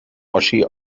oschi